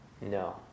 No